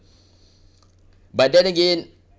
but then again